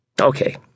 Okay